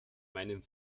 meinem